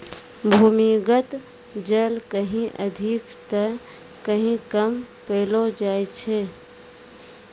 भूमीगत जल कहीं अधिक त कहीं कम पैलो जाय छै